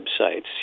websites